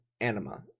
Anima